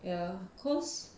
ya cause